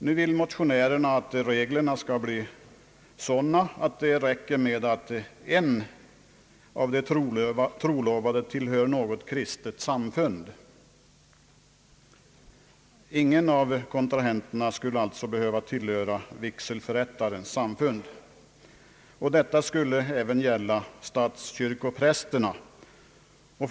Nu vill motionärerna att det skall räcka med att en av de trolovade tillhör något kristet samfund. Ingen av kontrahenterna skulle alltså behöva tillhöra vigselförrättarens samfund, och detta skulle gälla även när statskyrkopräster förrättar vigseln.